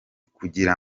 kugira